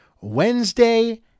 Wednesday